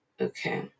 Okay